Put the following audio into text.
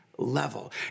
level